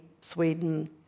Sweden